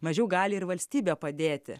mažiau gali ir valstybė padėti